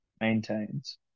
maintains